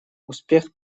успех